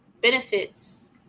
Benefits